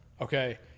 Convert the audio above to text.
Okay